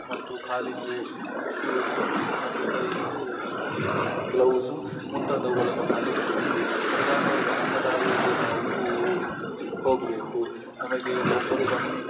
ಮತ್ತು ಕಾಲಿಗೆ ಶೂಸ ಮತ್ತು ಕೈಗೆ ಗ್ಲೌಸು ಮುಂತಾದವುಗಳನ್ನು ಪಾಲಿಸಬೇಕು ನಿಧಾನವಾಗಿ ನಮ್ಮ ದಾರಿಯಲ್ಲಿ ನಾವು ಹೋಗಬೇಕು ನಮಗೆ ಒಬ್ಬರು ಬನ್